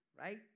right